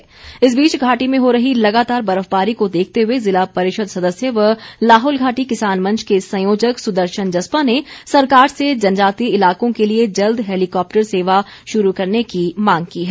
मांग इस बीच घाटी में हो रही लगातार बर्फबारी को देखते हुए ज़िला परिषद सदस्य व लाहौल घाटी किसान मंच के संयोजक सुदर्शन जस्पा ने सरकार से जनजातीय इलाकों के लिए जल्द हैलीकॉप्टर सेवा शुरू करने की मांग की है